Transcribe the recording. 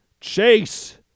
Chase